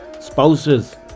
spouses